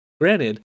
Granted